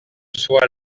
soit